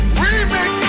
remix